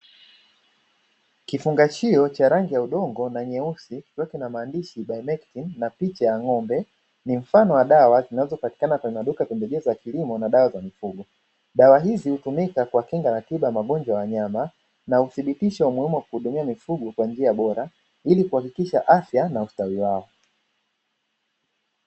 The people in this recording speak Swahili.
Kifungashio cha rangi ya udongo na nyeusi kikiwa na maandishi Bimectin na picha ya ng'ombe, ni mfano wa dawa zinazopatikana kwenye maduka ya pembejeo za kilimo na dawa za mifugo, dawa hizi hutumika kwa kinga na tiba ya magonjwa ya wanyama na huthibitisha umuhimu kuhudumia mifugo kwa njia bora hili kuhakikisha afya na ustawi wao.